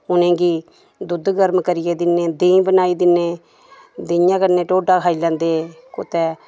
उ'नें गी दुद्ध गर्म करियै दि'न्ने देहीं बनाई दि'न्ने देहियें कन्नै ढोड्ढा खाई लैंदे कुतै